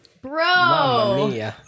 Bro